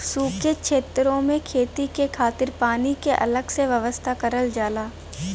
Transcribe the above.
सूखे छेतरो में खेती के खातिर पानी क अलग से व्यवस्था करल जाला